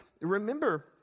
remember